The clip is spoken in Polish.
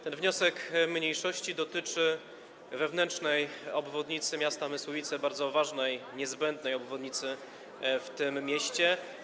Ten wniosek mniejszości dotyczy wewnętrznej obwodnicy miasta Mysłowice, bardzo ważnej, niezbędnej obwodnicy w tym mieście.